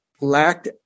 lacked